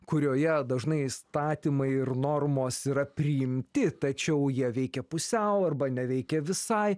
kurioje dažnai įstatymai ir normos yra priimti tačiau jie veikia pusiau arba neveikia visai